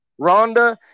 Rhonda